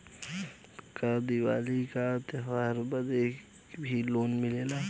का दिवाली का त्योहारी बदे भी लोन मिलेला?